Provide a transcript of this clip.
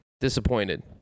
disappointed